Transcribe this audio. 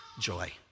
joy